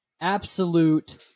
Absolute